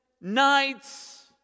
nights